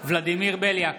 ולדימיר בליאק,